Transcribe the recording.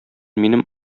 минем